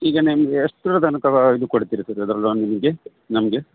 ಈಗ ನಿಮಗೆ ಎಷ್ಟರ ತನಕ ಇದು ಕೊಡ್ತಿರಿ ಸರ್ ಅದ್ರ ಲೋನ್ ನಿಮಗೆ ನಮಗೆ